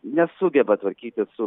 nesugeba tvarkytis su